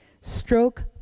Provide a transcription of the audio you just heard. Stroke